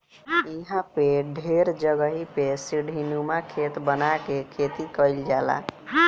इहां पे ढेर जगही पे सीढ़ीनुमा खेत बना के खेती कईल जाला